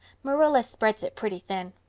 marilla spreads it pretty thin.